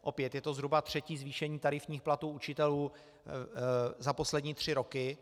Opět je to zhruba třetí zvýšení tarifních platů učitelů za poslední tři roky.